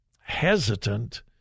hesitant